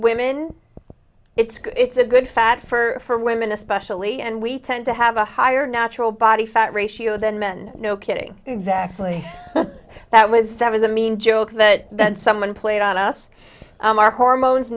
women it's a good fat for women especially and we tend to have a higher natural body fat ratio than men no kidding exactly that was that was a mean joke that that someone played on us our hormones